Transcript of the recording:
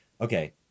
okay